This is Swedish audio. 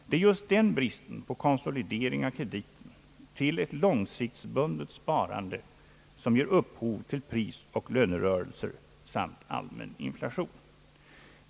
Det är just den bristen på konsolidering av krediten till ett långsiktsbundet sparande som ger upphov till prisoch lönerörelser samt allmän inflation.